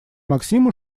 максиму